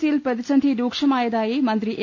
C യിൽ പ്രതിസന്ധി രൂക്ഷമായതായി മന്ത്രി എ